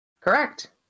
Correct